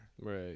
Right